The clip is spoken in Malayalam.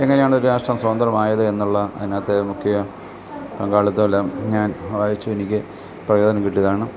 എങ്ങനെയാണ് രാഷ്ട്രം സ്വാതന്ത്രമായത് എന്നുള്ള അതിനകത്തെ മുഖ്യപങ്കാളിത്തം എല്ലാം ഞാൻ വായിച്ചു എനിക്ക് പ്രചോദനം കിട്ടിയതാണ്